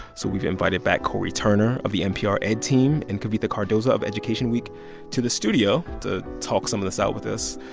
so we've invited back cory turner of the npr ed team and kavitha cardoza of education week to the studio to talk some of this out with us.